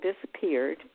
disappeared